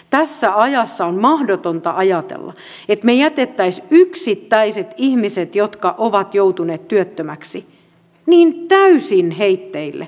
tässä ajassa on mahdotonta ajatella että me jättäisimme yksittäiset ihmiset jotka ovat joutuneet työttömiksi täysin heitteille